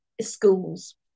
Schools